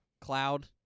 cloud